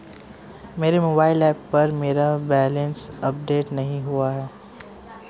मेरे mobile app पर मेरा बैलेंस अपडेट नहीं हुआ है